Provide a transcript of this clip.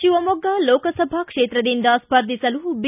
ಶಿವಮೊಗ್ಗ ಲೋಕಸಭಾ ಕ್ಷೇತ್ರದಿಂದ ಸ್ವರ್ಧಿಸಲು ಬಿ